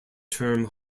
term